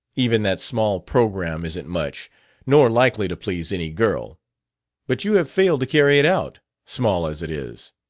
even that small programme isn't much nor likely to please any girl but you have failed to carry it out, small as it is.